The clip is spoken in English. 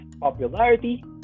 popularity